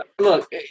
look